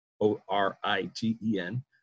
O-R-I-T-E-N